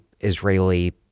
Israeli